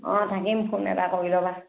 অঁ থাকিম ফোন এটা কৰি ল'বা